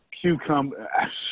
cucumber